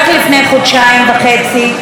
רק לפני חודשיים וחצי,